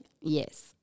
Yes